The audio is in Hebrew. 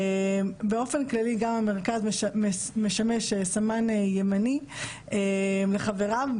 באופן כללי גם המרכז משמש סמן ימני לחבריו.